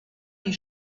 die